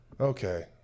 Okay